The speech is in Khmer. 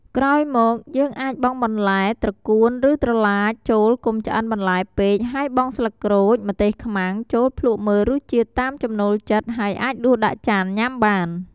ក្រោយមកយើងអាចបង់បន្លែត្រកួនឬត្រឡាចចូលកុំឆ្អិនបន្លែពេកហើយបង់ស្លឹកក្រូច ម្ទេសខ្មាំងចូលភ្លក្សមើលរសជាតិតាមចំណូលចិត្តហើយអាចដួសដាក់ចានញ៉ាំបាន។